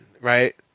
right